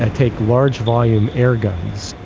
and take large-volume airguns,